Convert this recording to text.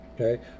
Okay